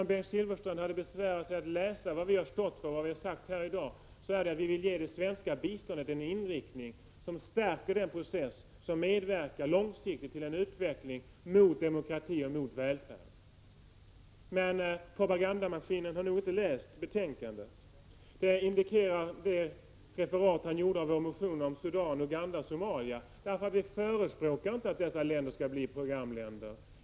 Om Bengt Silfverstrand hade besvärat sig med att läsa vad vi står för och lyssnat till vad vi har sagt här i dag, hade han förstått att vi vill ge det svenska biståndet en inriktning som stärker den process som långsiktigt medverkar till en utveckling mot demokrati och välfärd. Men propagandamaskinen har nog inte läst betänkandet. Det indikerar det referat Bengt Silfverstrand gjorde av vår motion om Sudan, Uganda och Somalia. Vi förespråkar inte att dessa länder skall bli programländer.